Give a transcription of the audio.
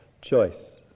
choice